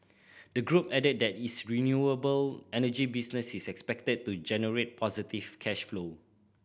the group added that its renewable energy business is expected to generate positive cash flow